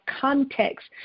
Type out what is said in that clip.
context